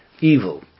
Evil